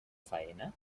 faena